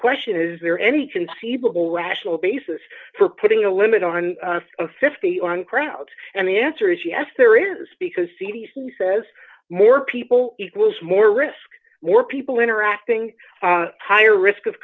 question is is there any conceivable rational basis for putting a limit on a fifty on crowd and the answer is yes there is because c d c says more people equals more risk more people interacting higher risk of